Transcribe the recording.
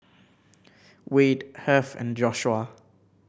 Wayde Heath and Joshua